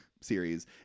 series